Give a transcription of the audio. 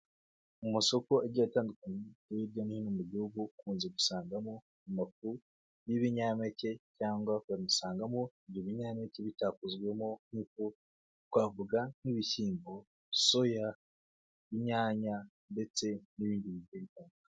Mu masoko agiye atandukanye yo hirya no hino mu gihugu, ukunze gusangamo amafu y'ibinyampeke cyangwa ukabisangamo ibyo binyampeke bitakozwemo, twavuga nk'ibishyimbo, soya, inyanya ndetse n'ibindi bigiye bitandukanye.